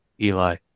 Eli